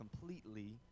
completely